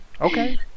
Okay